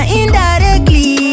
indirectly